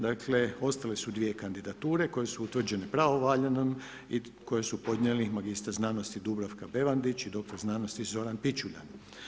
Dakle, ostale su 2 kandidature koje su utvrđene pravovaljano i koje su podnijeli magistar znanosti Dubravka Bevandić i doktor znanosti Zoran Pičulja.